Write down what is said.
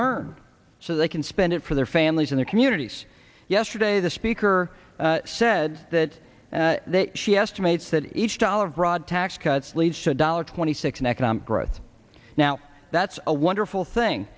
aren't so they can spend it for their families and their communities yesterday the speaker said that she estimates that each dollar of broad tax cuts leads to a dollar twenty six an economic growth now that's a wonderful thing